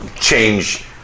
change